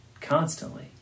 constantly